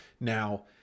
now